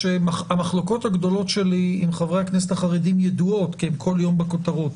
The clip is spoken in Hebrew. המחלוקות שלי עם חברי הכנסת החרדים ידועות כי הן כל יום בכותרות.